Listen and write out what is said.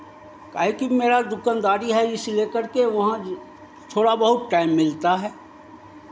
काहे कि मेरा दुकानदारी है इसी लेकर के वहाँ थोड़ा बहुत टाइम मिलता है